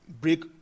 break